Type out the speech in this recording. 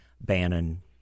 Bannon